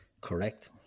Correct